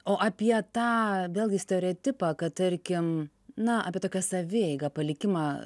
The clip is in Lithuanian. o apie tą vėlgi stereotipą kad tarkim na apie tokią savieigą palikimą